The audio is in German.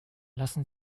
lassen